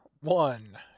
one